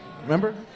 Remember